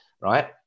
Right